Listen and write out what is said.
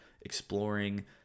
exploring